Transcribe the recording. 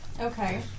Okay